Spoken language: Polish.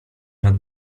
nad